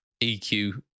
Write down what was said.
EQ